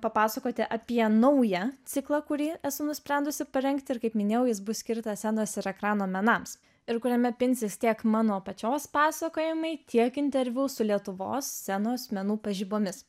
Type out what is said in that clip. papasakoti apie naują ciklą kurį esu nusprendusi parengti ir kaip minėjau jis bus skirtas scenos ir ekrano menams ir kuriame pinsis tiek mano pačios pasakojimai tiek interviu su lietuvos scenos menų pažibomis